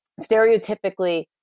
stereotypically